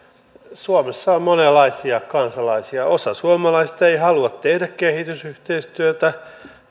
suomessa on monenlaisia kansalaisia osa suomalaisista ei halua tehdä kehitysyhteistyötä